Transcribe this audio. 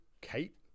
Kate